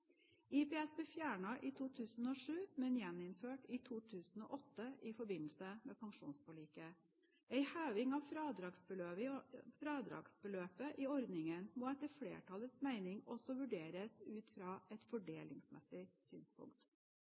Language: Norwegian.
IPS ble fjernet i 2007, men gjeninnført i 2008 i forbindelse med pensjonsforliket. En heving av fradragsbeløpet i ordningen må etter flertallets mening også vurderes ut fra et fordelingsmessig synspunkt.